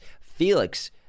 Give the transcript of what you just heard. felix